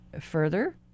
further